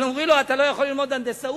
אבל אומרים לו: אתה לא יכול ללמוד הנדסאות,